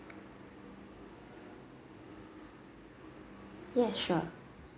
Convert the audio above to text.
yes sure